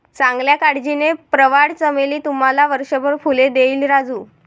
चांगल्या काळजीने, प्रवाळ चमेली तुम्हाला वर्षभर फुले देईल राजू